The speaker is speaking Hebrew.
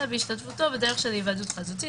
אלא בהשתתפותו בדרך של היוועדות חזותית